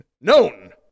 known